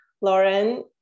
Lauren